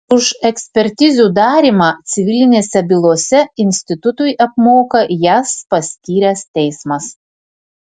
už ekspertizių darymą civilinėse bylose institutui apmoka jas paskyręs teismas